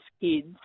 kids